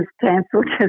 cancelled